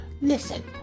Listen